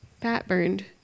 fat-burned